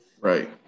Right